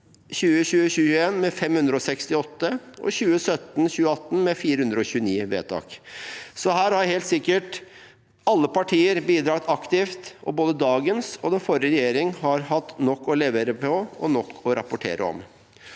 568 vedtak og 2017–2018 med 429 vedtak. Her har helt sikkert alle partier bidratt aktivt, og både dagens og forrige regjering har hatt nok å levere på og nok å rapportere om.